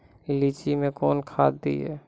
लीची मैं कौन खाद दिए?